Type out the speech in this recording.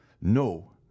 no